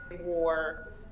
war